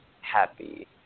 happy